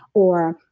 or,